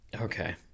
Okay